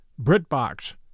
BritBox